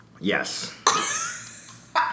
Yes